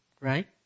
Right